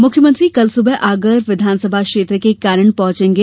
मुख्यमंत्री कल सुबह आगर विधानसभा क्षेत्र के कानड़ पहुंचेगे